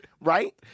right